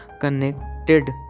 connected